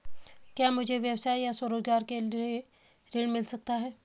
क्या मुझे व्यवसाय या स्वरोज़गार के लिए ऋण मिल सकता है?